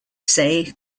say